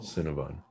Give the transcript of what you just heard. Cinnabon